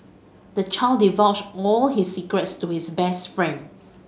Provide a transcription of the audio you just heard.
the child divulged all his secrets to his best friend